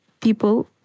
people